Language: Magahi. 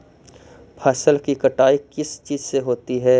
फसल की कटाई किस चीज से होती है?